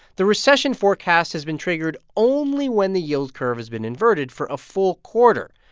the recession forecast has been triggered only when the yield curve has been inverted for a full quarter,